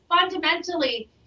fundamentally